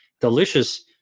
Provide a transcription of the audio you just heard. delicious